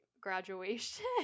graduation